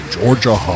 Georgia